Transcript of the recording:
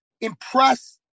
impress